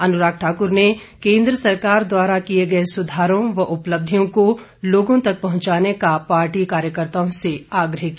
अनुराग ठाकुर ने केन्द्र सरकार द्वारा किए गए सुधारों व उपलब्धियों को लोगों तक पहुंचाने का पार्टी कार्यकताओं से आग्रह किया